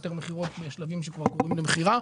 יותר מכירות בשלבים שכבר קרובים למכירה,